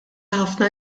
ħafna